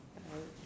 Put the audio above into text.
bye bye